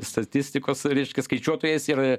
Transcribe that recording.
statistikos reiškias skaičiuotojas ir